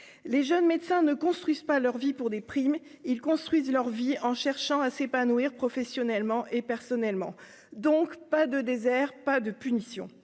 les jeunes médecins ne construisent pas leur vie pour des primes, ils construisent leur vie en cherchant à s'épanouir professionnellement et personnellement, donc pas de désert, pas de punition